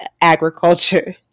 agriculture